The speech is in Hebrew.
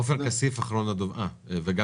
עופר כסיף, בבקשה.